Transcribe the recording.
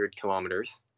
kilometers